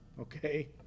okay